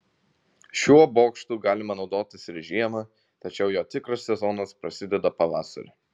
šiuo bokštu galima naudotis ir žiemą tačiau jo tikras sezonas prasideda pavasarį